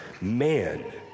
man